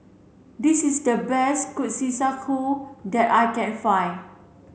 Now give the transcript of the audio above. this is the best Kushikatsu that I can find